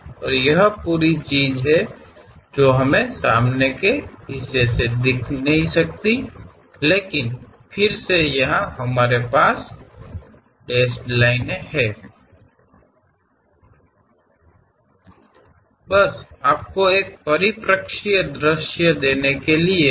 ಆದ್ದರಿಂದ ನಾವು ಡ್ಯಾಶ್ ಮಾಡಿದ ಒಂದನ್ನು ಹೊಂದಿದ್ದೇವೆ ಮತ್ತು ಈ ಸಂಪೂರ್ಣ ವಸ್ತುವನ್ನು ನಾವು ಮುಂಭಾಗದಿಂದ ನೋಡಲಾಗುವುದಿಲ್ಲ ಆದರೆ ಮತ್ತೆ ಇಲ್ಲಿ ನಾವು ಡ್ಯಾಶ್ ರೇಖೆಯನ್ನು ಹೊಂದಿದ್ದೇವೆ